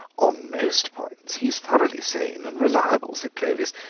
on most points he's thoroughly sane and reliable, said clovis,